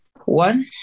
One